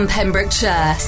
Pembrokeshire